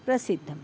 प्रसिद्धं